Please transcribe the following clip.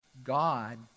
God